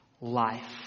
life